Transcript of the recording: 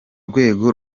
rwego